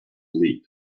leap